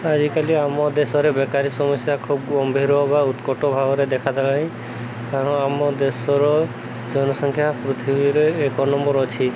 ଆଜିକାଲି ଆମ ଦେଶରେ ବେକାରୀ ସମସ୍ୟା ଖୁବ ଗମ୍ଭୀର ବା ଉତ୍କଟ ଭାବରେ ଦେଖା ଦେଲାଣି କାରଣ ଆମ ଦେଶର ଜନସଂଖ୍ୟା ପୃଥିବୀରେ ଏକ ନମ୍ବର ଅଛି